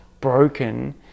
broken